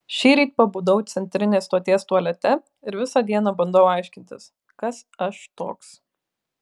šįryt pabudau centrinės stoties tualete ir visą dieną bandau aiškintis kas aš toks